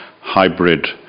hybrid